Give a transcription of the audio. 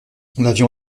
l’avion